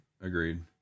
Agreed